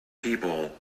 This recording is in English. people